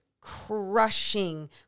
crushing